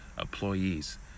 employees